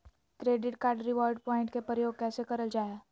Credit card reward point के प्रयोग कैसे करल जा है?